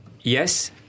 yes